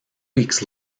weeks